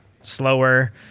slower